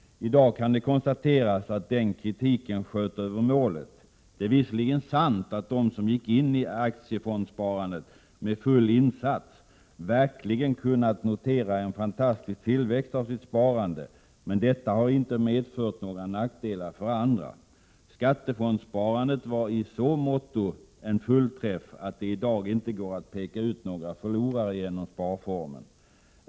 I dag kan vi konstatera att den kritiken sköt över målet. Det är visserligen sant att de som gick in i aktiefondssparandet med full insats verkligen kunnat notera en fantastisk tillväxt av sitt sparande, men detta har inte medfört några nackdelar för andra. Skattefondssparandet var i så måtto en fullträff att det i dag inte går att peka ut några förlorare genom sparformen.